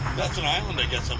that's an island, i guess, um